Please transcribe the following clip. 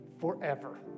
forever